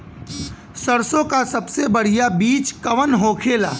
सरसों का सबसे बढ़ियां बीज कवन होखेला?